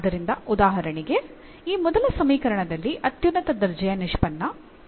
ಆದ್ದರಿಂದ ಉದಾಹರಣೆಗೆ ಈ ಮೊದಲ ಸಮೀಕರಣದಲ್ಲಿ ಅತ್ಯುನ್ನತ ದರ್ಜೆಯ ನಿಷ್ಪನ್ನ 4